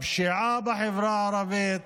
הפשיעה בחברה הערבית,